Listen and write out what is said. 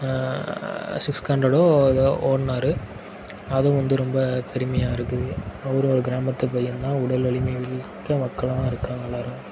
six கண்ரடோ ஏதோ ஓடினாரு அதுவும் வந்து ரொம்ப பெருமையாக இருக்குது அவரும் ஒரு கிராமத்து பையன் தான் உடல் வலிமை மிக்க மக்களாகதான் இருக்காங்க எல்லோரும்